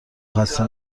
خسته